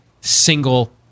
single